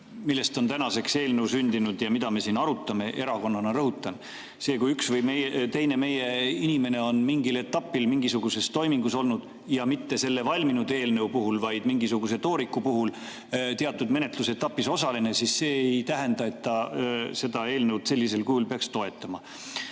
millest on tänaseks eelnõu sündinud ja mida me siin arutame, erakonnana, rõhutan. See, kui üks või teine meie inimene on mingil etapil mingisuguses toimingus – ja mitte valminud eelnõu puhul, vaid mingisuguse tooriku puhul teatud menetlusetapis – olnud osaline, siis see ei tähenda, et ta seda eelnõu sellisel kujul peaks toetama.